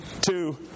two